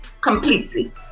completely